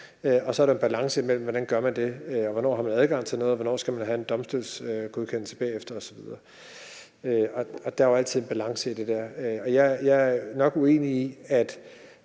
og så er der en balance, i forhold til hvordan man gør det og hvornår man har adgang til noget og hvornår man skal have en domstolskendelse bagefter osv. Der er jo altid en balance i det der, og jeg er nok uenig i, at